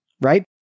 right